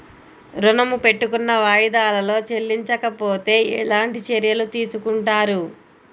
ఋణము పెట్టుకున్న వాయిదాలలో చెల్లించకపోతే ఎలాంటి చర్యలు తీసుకుంటారు?